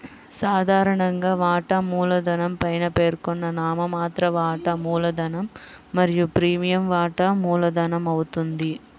సాధారణంగా, వాటా మూలధనం పైన పేర్కొన్న నామమాత్ర వాటా మూలధనం మరియు ప్రీమియం వాటా మూలధనమవుతుంది